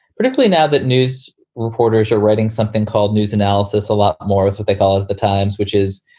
particularly now that news reporters are writing something called news analysis. a lot more or so they call it the times, which is,